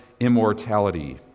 immortality